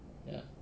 ya